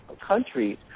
countries